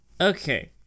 Okay